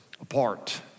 apart